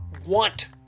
want